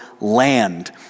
land